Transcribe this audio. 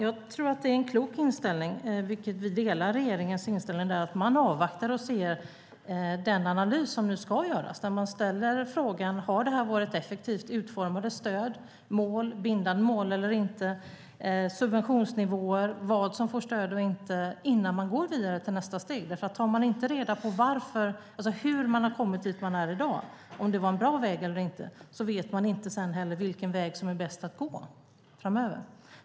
Fru talman! Vi delar regeringens inställning att man avvaktar den analys som nu ska göras. Jag tror att det är en klok inställning. Man ställer frågan: Har det varit effektivt utformade stöd? Det gäller analysera mål - bindande mål eller inte - subventionsnivåer och vad som får stöd och inte innan man går vidare till nästa steg. Tar man inte reda på hur man har kommit dit man är i dag, om det var en bra väg eller inte, vet man heller inte vilken väg som är bäst att gå framöver.